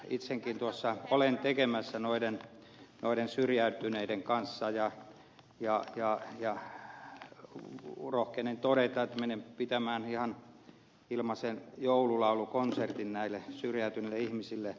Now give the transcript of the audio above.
itsekin olen tekemässä työtä noiden syrjäytyneiden kanssa ja rohkenen todeta että menen pitämään ihan ilmaisen joululaulukonsertin näille syrjäytyneille ihmisille